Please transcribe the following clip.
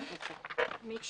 השם